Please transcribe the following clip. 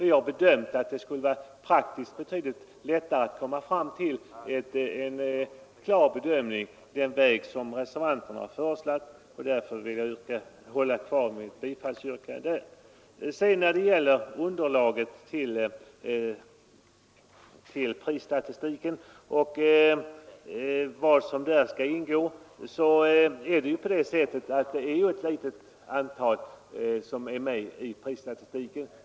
Vi har bedömt att det praktiskt skulle vara betydligt lättare att komma fram till en klar bedömning den väg som reservanterna föreslagit. Därför vill jag hålla kvar mitt bifallsyrkande där. När det gäller underlag till prisstatistiken och vad som där skall ingå är det ett litet antal fastigheter som finns med i prisstatistiken.